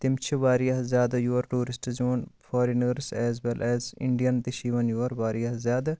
تِم چھِ وارِیاہ زیادٕ یور ٹوٗرسٹٕس یِوان foreigners as well as Indian تہِ چھِ یِوان یور وارِیاہ زیادٕ